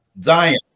Zion